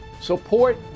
support